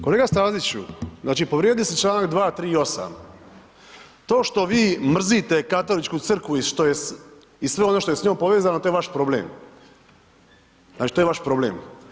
Kolega Staziću znači povrijedili ste članak 238. to što vi mrzite Katoličku crkvu i sve ono što je s njom povezano to je vaš problem, znači to je vaš problem.